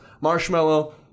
marshmallow